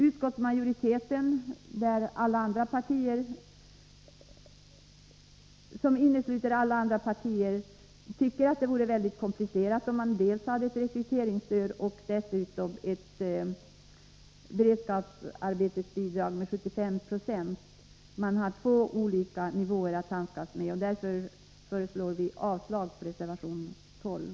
Utskottsmajoriteten, som innesluter alla andra partier, tycker att det vore komplicerat att ha dels rekryteringsstöd med 50 96, dels beredskapsarbete med 75 96 som bidrag. Det blir två olika nivåer att handskas med; därför yrkar vi avslag på reservation nr 12.